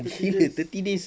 gila thirty days